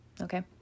okay